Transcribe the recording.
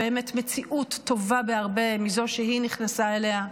באמת, מציאות טובה בהרבה מזו שהיא נכנסה אליה.